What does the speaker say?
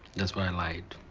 that's why i lied.